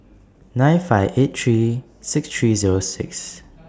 nine five eight three six three Zero six